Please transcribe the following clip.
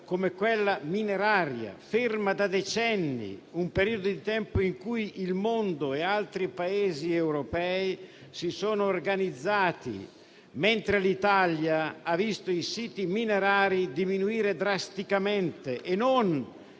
come quella mineraria, ferma da decenni. In questo periodo di tempo il mondo e altri Paesi europei si sono organizzati, mentre l'Italia ha visto i siti minerari diminuire drasticamente e non